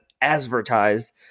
advertised